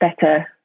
better